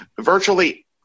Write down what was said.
virtually